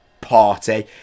party